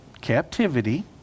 captivity